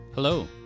Hello